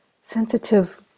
sensitive